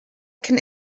can